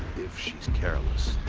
if she's and careless.